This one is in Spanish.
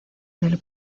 del